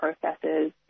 processes